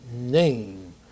name